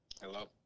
Hello